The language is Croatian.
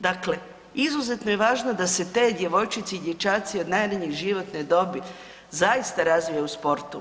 Dakle, izuzetno je važno da se te djevojčice i dječaci od najranije životne dobi zaista razvijaju u sportu.